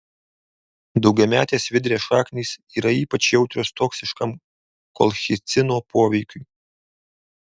daugiametės svidrės šaknys yra ypač jautrios toksiškam kolchicino poveikiui